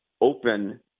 open